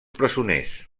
presoners